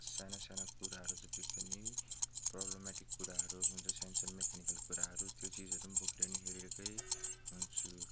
साना साना कुराहरू जति पनि प्रब्लम्याटिक कुराहरू हुन्छ सानो सानो म्याकानिकल कुराहरू त्यो चिजहरू पनि बोकेर नै हिडेकै हुन्छु